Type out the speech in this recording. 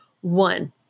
one